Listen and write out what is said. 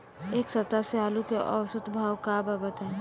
एक सप्ताह से आलू के औसत भाव का बा बताई?